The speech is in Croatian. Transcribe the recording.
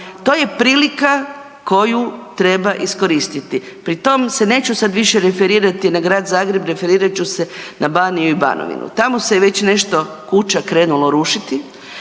To je prilika koju treba iskoristiti, pri tom se neću sad više referirati na Grad Zagreb, referirat ću se na Baniju i Banovinu. Tamo se je već nešto kuća krenulo rušiti